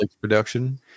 production